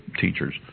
teachers